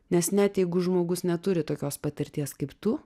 nes net jeigu žmogus neturi tokios patirties kaip tu